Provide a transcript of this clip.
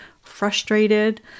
frustrated